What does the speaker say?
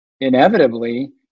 inevitably